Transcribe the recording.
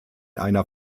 einer